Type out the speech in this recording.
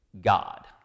God